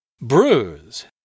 Bruise